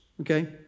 Okay